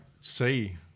see